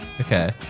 Okay